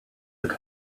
had